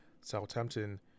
Southampton